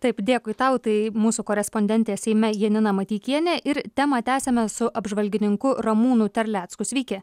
taip dėkui tau tai mūsų korespondentė seime janina mateikienė ir temą tęsiame su apžvalgininku ramūnu terlecku sveiki